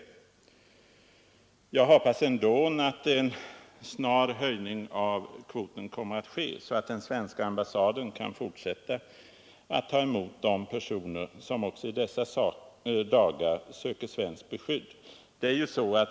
Men jag hoppas ändå att en höjning av kvoten snart kommer att ske, så att svenska ambassaden kan fortsätta att ta emot de människor som också i dessa dagar söker svenskt beskydd.